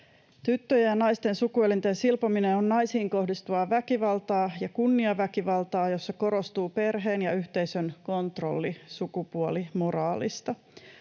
Tyttöjen ja naisten sukuelinten silpominen on naisiin kohdistuvaa väkivaltaa ja kunniaväkivaltaa, jossa korostuu perheen ja yhteisön kontrolli sukupuolimoraalista.